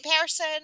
person